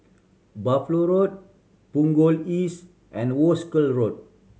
Buffalo Road Punggol East and Wolskel Road